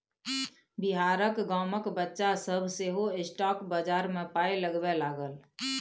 बिहारक गामक बच्चा सभ सेहो स्टॉक बजार मे पाय लगबै लागल